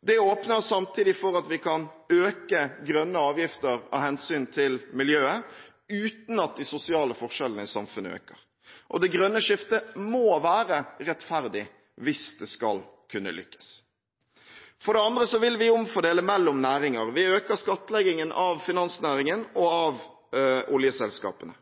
Det åpner samtidig for at vi kan øke grønne avgifter av hensyn til miljøet uten at de sosiale forskjellene i samfunnet øker. Det grønne skiftet må være rettferdig hvis det skal kunne lykkes. For det andre vil vi omfordele mellom næringer. Vi øker skattleggingen av finansnæringen og av oljeselskapene.